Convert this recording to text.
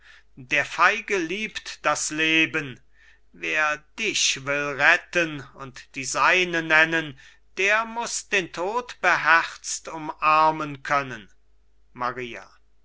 der feige liebt das leben wer dich will retten und die seine nennen der muß den tod beherzt umarmen können maria